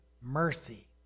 mercy